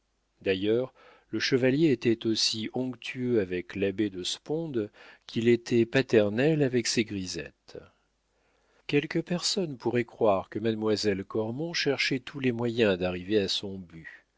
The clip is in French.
d'ailleurs le chevalier était aussi onctueux avec l'abbé de sponde qu'il était paternel avec ses grisettes quelques personnes pourraient croire que mademoiselle cormon cherchait tous les moyens d'arriver à son but